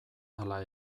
ala